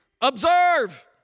Observe